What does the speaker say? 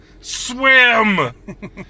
Swim